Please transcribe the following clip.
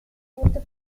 punto